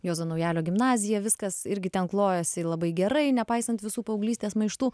juozo naujalio gimnaziją viskas irgi ten klojosi labai gerai nepaisant visų paauglystės maištų